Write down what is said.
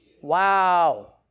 Wow